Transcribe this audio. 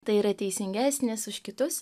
tai yra teisingesnis už kitus